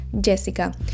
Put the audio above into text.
Jessica